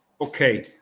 Okay